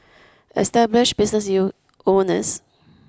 established business owners